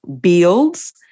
Builds